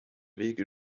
wege